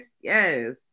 Yes